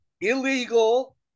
illegal